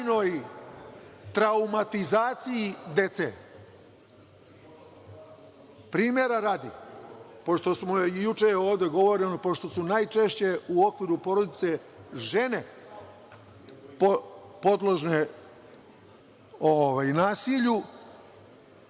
trajnoj traumatizaciji dece. Primera radi, pošto smo juče ovde govorili, pošto su najčešće u okviru porodice žene podložne nasilju,